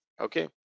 okay